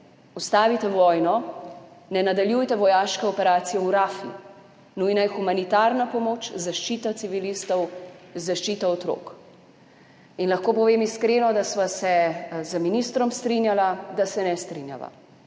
ustavite vojno, ne nadaljujte vojaške operacije v Rafi, nujna je humanitarna pomoč, zaščita civilistov, zaščita otrok. In lahko povem iskreno, da sva se z ministrom strinjala, da se ne strinjava.